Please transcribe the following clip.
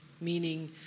meaning